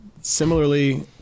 similarly